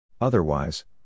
Otherwise